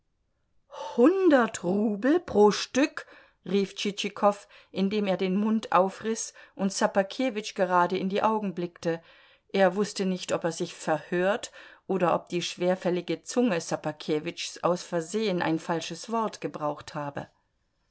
hundert rubel pro stück rief tschitschikow indem er den mund aufriß und ssobakewitsch gerade in die augen blickte er wußte nicht ob er sich verhört oder ob die schwerfällige zunge ssobakewitschs aus versehen ein falsches wort gebraucht habe